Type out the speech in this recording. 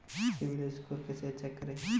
CIBIL score कैसे check करें?